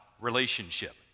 relationship